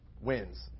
wins